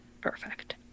Perfect